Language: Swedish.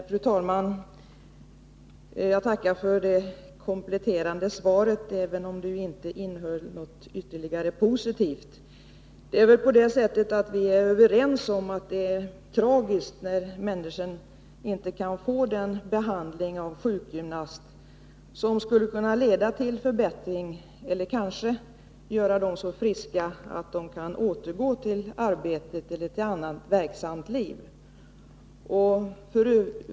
Fru talman! Jag tackar för det kompletterande svaret, även om det inte innehöll något ytterligare positivt. Vi är överens om att det är tragiskt när människor inte kan få den behandling av sjukgymnast som skulle kunna leda till förbättring eller kanske göra dem så friska att de kan återgå till arbetet eller till annat verksamt liv.